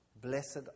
Blessed